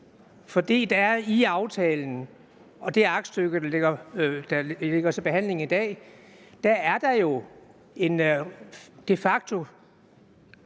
for i aftalen og i det aktstykke, der ligger til behandling i dag, er der jo de facto